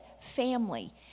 family